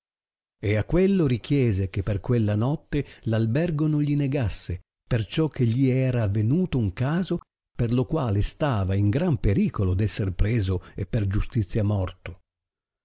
e a quello richiese che per quella notte r albergo non gli negasse perciò che gli era avenuto un caso per lo quale stava in gran pericolo d esser preso e per giustizia morto